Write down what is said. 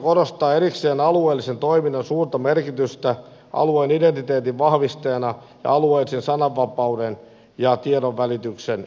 valiokunta korostaa erikseen alueellisen toiminnan suurta merkitystä alueen identiteetin vahvistajana ja alueellisen sananvapauden ja tiedonvälityksen takaajana